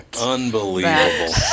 Unbelievable